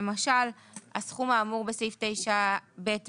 למשל הסכום האמור בסעיף 9ב(ב).